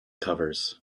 covers